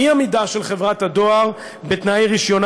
אי-עמידה של חברת הדואר בתנאי רישיונה